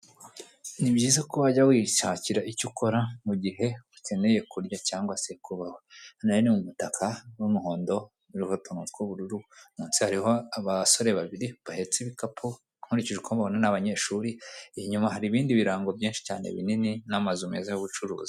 Ni byiza ko wajya wishakira icyo ukora mu gihe ukeneye kurya cyangwa se kubahwa kubaho, uyu riro ni umutaka n'umuhondo uriho utuntu tw'ubururu munsi hariho abasore babiri bahetsa ibikapu, nkurikije uko mbibona n'abanyeshuri inyuma hari ibindi birango byinshi cyane binini n'amazu meza y'ubucuruzi.